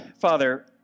Father